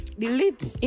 delete